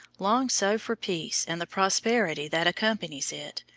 longed so for peace and the prosperity that accompanies it,